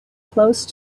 close